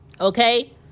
Okay